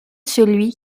celui